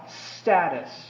status